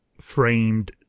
framed